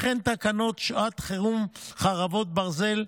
וכן תקנות שעת חירום (חרבות ברזל)